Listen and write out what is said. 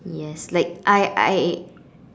yes like I I